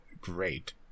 great